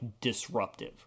disruptive